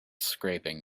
scraping